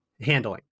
handling